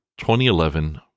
2011